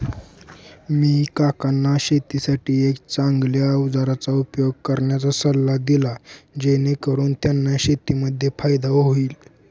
मी काकांना शेतीसाठी एक चांगल्या अवजारांचा उपयोग करण्याचा सल्ला दिला, जेणेकरून त्यांना शेतीमध्ये फायदा होईल